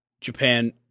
Japan